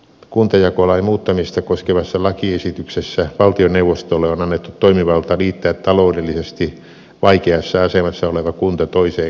kuntajakolain muuttamista koskevassa lakiesityksessä valtioneuvostolle on annettu toimivalta liittää taloudellisesti vaikeassa asemassa oleva kunta toiseen kuntaan